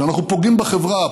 שאנחנו פוגעים בחברה,